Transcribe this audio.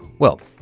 well,